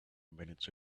minutes